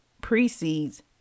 precedes